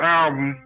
album